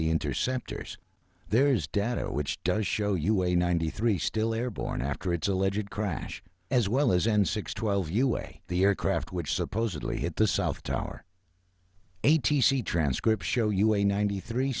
interceptors there is data which does show you a ninety three still airborne after its alleged crash as well as end six twelve usa the aircraft which supposedly hit the south tower a t c transcripts show you a ninety three